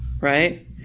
Right